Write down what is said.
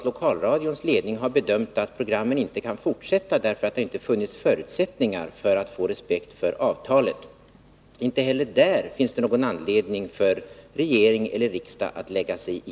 Lokalradions ledning har bedömt att programmen inte kan fortsätta, därför att det inte har funnits förutsättningar för att avtalet skulle respekteras. Inte heller där finns det någon anledning för regering och riksdag att lägga sig i.